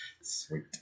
Sweet